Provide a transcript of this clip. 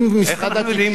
איך אנחנו יודעים?